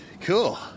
cool